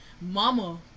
Mama